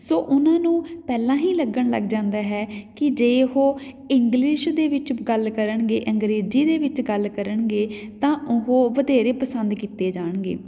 ਸੋ ਉਹਨਾਂ ਨੂੰ ਪਹਿਲਾਂ ਹੀ ਲੱਗਣ ਲੱਗ ਜਾਂਦਾ ਹੈ ਕਿ ਜੇ ਉਹ ਇੰਗਲਿਸ਼ ਦੇ ਵਿੱਚ ਗੱਲ ਕਰਨਗੇ ਅੰਗਰੇਜ਼ੀ ਦੇ ਵਿੱਚ ਗੱਲ ਕਰਨਗੇ ਤਾਂ ਉਹ ਵਧੇਰੇ ਪਸੰਦ ਕੀਤੇ ਜਾਣਗੇ